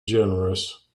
generous